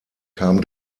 kam